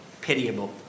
pitiable